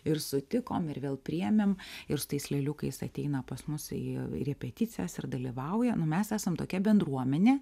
ir sutikom ir vėl priėmėm ir su tais leliukais ateina pas mus į į repeticijas ir dalyvauja nu mes esam tokia bendruomenė